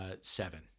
seven